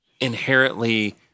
inherently